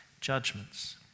judgments